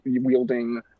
wielding